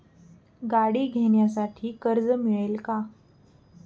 गाडी घेण्यासाठी कर्ज मिळेल का?